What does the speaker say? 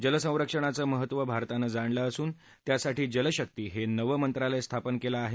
जलसंरक्षणाचं महत्त्व भारतानं जाणलं असून त्यासाठी जलशक्ती हे नवे मंत्रालय स्थापन केलं आहे